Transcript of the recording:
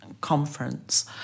conference